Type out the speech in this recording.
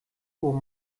uhr